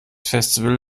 festival